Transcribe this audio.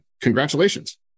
Congratulations